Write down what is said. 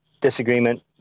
disagreement